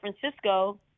Francisco